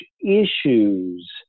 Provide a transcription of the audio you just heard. issues